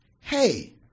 Hey